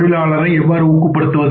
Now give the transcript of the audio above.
தொழிலாளரை எவ்வாறு ஊக்கப்படுத்துவது